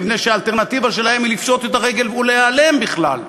מפני שהאלטרנטיבה שלהם היא לפשוט את הרגל ולהיעלם בכלל.